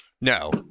No